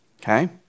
okay